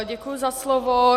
Děkuji za slovo.